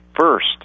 first